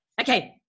okay